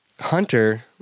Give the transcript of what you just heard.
hunter